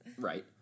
right